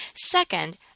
Second